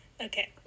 Okay